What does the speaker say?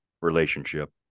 relationship